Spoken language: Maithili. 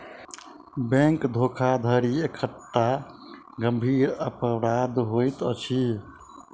बैंक धोखाधड़ी एकटा गंभीर अपराध होइत अछि